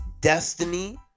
destiny